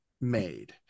made